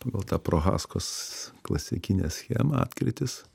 pagal tą prohaskos klasikinę schemą atkrytis